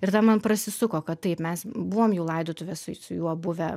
ir tada man prasisuko kad taip mes buvom jau laidotuvės su juo buvę